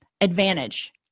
advantage